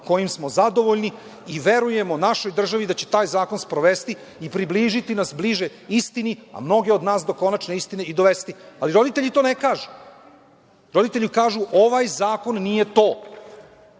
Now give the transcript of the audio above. kojim smo zadovoljni i verujemo našoj državi da će taj zakon sprovesti i približiti nas bliže istini, a mnogi od nas do konačne istine i dovesti. Ali, roditelji to ne kažu. Roditelji kažu – ovaj zakon nije to.